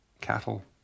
cattle